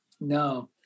No